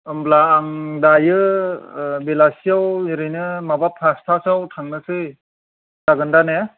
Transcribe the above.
होमब्ला आं दायो बेलायाव ओरैनो माबा पास्थासोआव थांनोसै जागोन दा ने